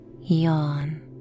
Yawn